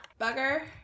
bugger